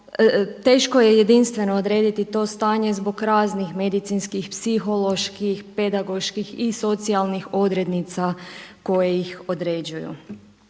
teško je jedinstveno odrediti to stanje zbog raznih medicinskih, psiholoških, pedagoških i socijalnih odrednica koje ih određuju.